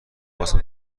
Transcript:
بازم